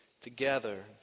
together